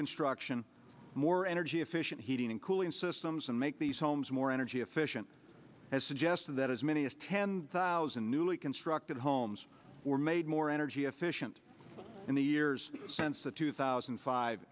construction more energy efficient heating and cooling systems and make these homes more energy efficient and suggested that as many as ten thousand newly constructed homes were made more energy efficient in the years since the two thousand